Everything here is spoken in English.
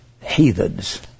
heathens